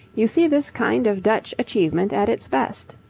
you see this kind of dutch achievement at its best.